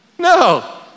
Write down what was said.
No